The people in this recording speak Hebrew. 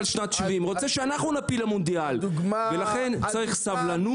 חקלאות על קירות ולאחר מכן חקלאות על גגות,